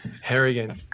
Harrigan